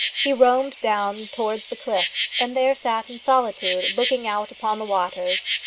he roamed down towards the cliffs, and there sat in solitude, looking out upon the waters.